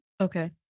Okay